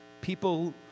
People